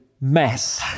mess